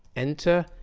enter,